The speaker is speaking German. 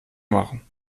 machen